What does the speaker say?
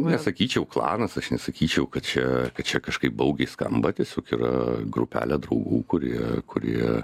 nesakyčiau klanas aš nesakyčiau kad čia kad čia kažkaip baugiai skamba tiesiog yra grupelė draugų kurie kurie